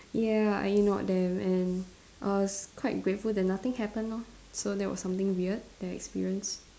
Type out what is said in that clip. ya I ignored them and I was quite grateful that nothing happen lor so that was something weird that I experienced